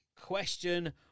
Question